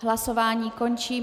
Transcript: Hlasování končím.